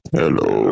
hello